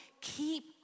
Keep